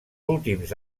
últims